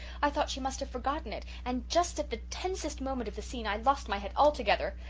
i thought she must have forgotten it, and just at the tensest moment of the scene i lost my head altogether.